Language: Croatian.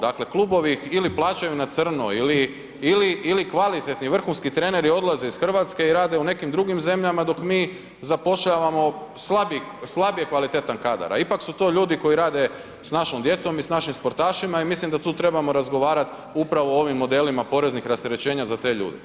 Dakle klubovi ili plaćaju na crno ili kvalitetni, vrhunski treneri odlaze iz Hrvatske i rade u nekim drugim zemljama dok mi zapošljavamo slabije kvalitetan kadar a ipak su to ljudi koji rade s našom djecom i s našim sportašima i mislim da tu trebamo razgovarati upravo o ovim modelima poreznih rasterećenja za te ljude.